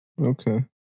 okay